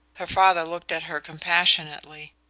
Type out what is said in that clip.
her father looked at her compassionately.